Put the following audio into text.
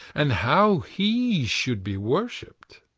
and how he should be worshipped.